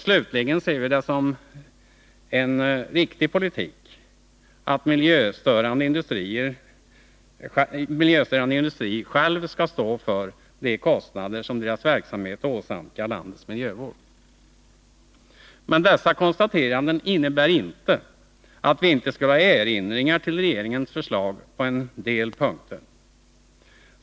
Slutligen ser vi det som en riktig politik att miljöstörande industri själv skall stå för de kostnader som dess verksamhet åsamkar landets miljövård. Men dessa konstateranden innebär inte att vi inte skulle ha erinringar mot regeringens förslag på en del punkter.